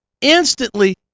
Instantly